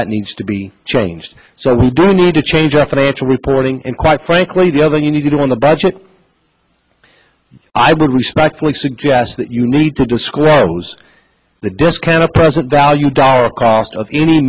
that needs to be changed so we do need to change our financial reporting and quite frankly the other you need to do on the budget i would respectfully suggest that you need to disclose the discounted present value dollar cost of any